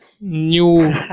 new